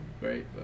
great